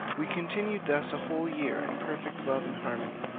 we continued thus a whole year in perfect love and harmony.